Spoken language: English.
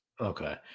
Okay